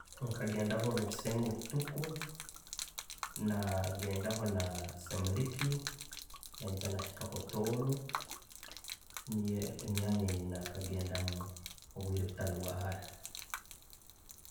﻿Nkagenda rwebisengo butuku, nagendaho na'semiliki, naija nahikaho tooro. Niiyo emyanya nakagendamu obwiire obutali bwahaara.